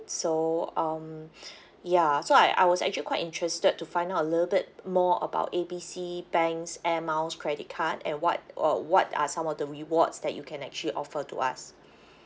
so um ya so I I was actually quite interested to find out a little bit more about A B C bank's air miles credit card and what uh what are some of the rewards that you can actually offer to us